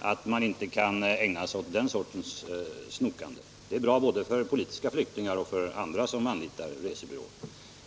att man inte kan ägna sig åt den sortens snokande. Det är bra både för politiska flyktingar och för andra som anlitar resebyråer.